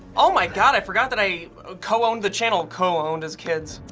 oh my god! i forgot that i co-owned the channel. co-owned as kids.